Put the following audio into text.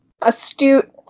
astute